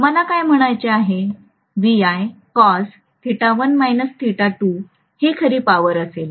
मला काय म्हणायचे आहे हे खरी पॉवर असेल